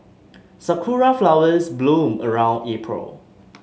sakura flowers bloom around April